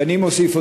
ואני מוסיף,